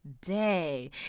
day